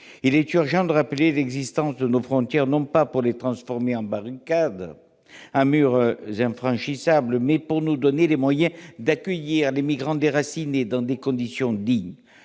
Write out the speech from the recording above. Il est urgent de rappeler l'existence de nos frontières, non pas pour les transformer en barricades, en murs infranchissables, mais pour nous donner les moyens d'accueillir les migrants déracinés dans des conditions dignes.